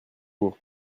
beau